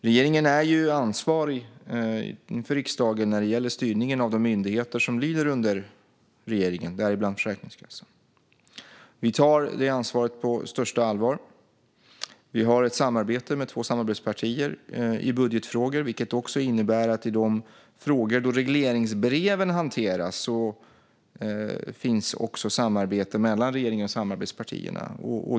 Regeringen är ansvarig inför riksdagen när det gäller styrningen av de myndigheter som lyder under regeringen, däribland Försäkringskassan. Vi tar detta ansvar på största allvar. Vi har ett samarbete med två samarbetspartier i budgetfrågor, vilket innebär att det också i de frågor då regleringsbrev hanteras finns ett samarbete mellan regeringen och samarbetspartierna.